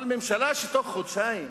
אבל ממשלה שתוך חודשיים